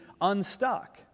unstuck